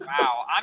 Wow